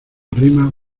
arrima